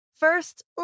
First